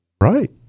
Right